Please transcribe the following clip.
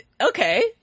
Okay